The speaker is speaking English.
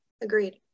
agreed